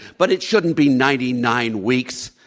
but it shouldn't be ninety nine weeks.